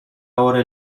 hora